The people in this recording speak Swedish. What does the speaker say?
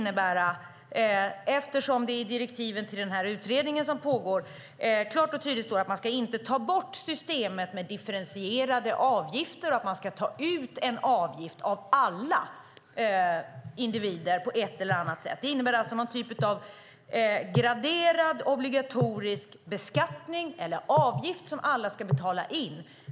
Eftersom det i direktiven till den utredning som pågår klart och tydligt står att man inte ska ta bort systemet med differentierade avgifter och att man ska ta ut en avgift av alla individer på ett eller annat sätt innebär det någon typ av graderad obligatorisk beskattning eller avgift som alla ska betala in.